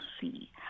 see